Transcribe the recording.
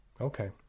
Okay